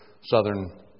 southern